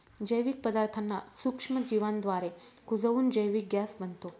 जैविक पदार्थांना सूक्ष्मजीवांद्वारे कुजवून जैविक गॅस बनतो